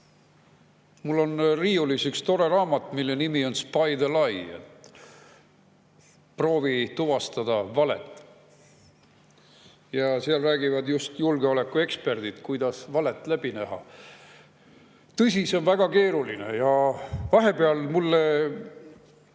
Mul on riiulis üks tore raamat, mille nimi on "Spy the Lie", "Proovi tuvastada valet". Seal räägivad just julgeolekueksperdid, kuidas valet läbi näha. Tõsi, see on väga keeruline. Vahepeal mõjus